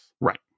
right